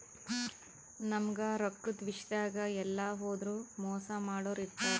ನಮ್ಗ್ ರೊಕ್ಕದ್ ವಿಷ್ಯಾದಾಗ್ ಎಲ್ಲ್ ಹೋದ್ರು ಮೋಸ್ ಮಾಡೋರ್ ಇರ್ತಾರ